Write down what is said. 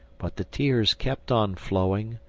but the tears kept on flowing,